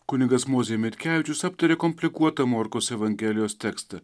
kunigas mozė mitkevičius aptarė komplikuotą morkaus evangelijos tekstą